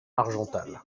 argental